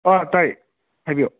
ꯑꯥ ꯇꯥꯏꯌꯦ ꯍꯥꯏꯕꯤꯌꯣ